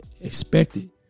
expected